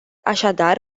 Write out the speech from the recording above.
așadar